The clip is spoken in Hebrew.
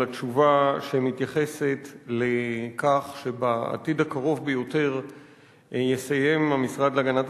על התשובה שמתייחסת לכך שבעתיד הקרוב ביותר יסיים המשרד להגנת